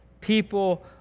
people